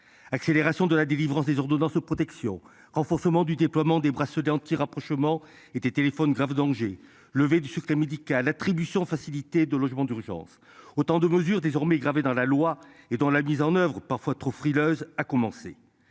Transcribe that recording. Accélération de la délivrance des ordonnances protection renforcement du déploiement des bracelets anti-rapprochement était téléphone grave danger levée du secret médical attribution facilitée de logements d'urgence. Autant de mesures désormais gravé dans la loi et dans la mise en oeuvre parfois trop frileuse a commencé